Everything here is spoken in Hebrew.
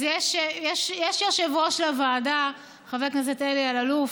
אז יש יושב-ראש לוועדה, חבר הכנסת אלי אלאלוף,